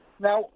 Now